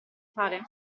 fare